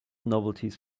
novelties